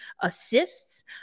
assists